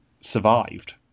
survived